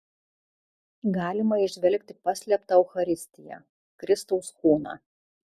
galima įžvelgti paslėptą eucharistiją kristaus kūną